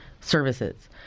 services